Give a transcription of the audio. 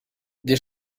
des